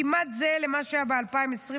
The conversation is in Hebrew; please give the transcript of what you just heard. כמעט זהה למה שהיה ב-2023.